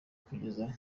kugeza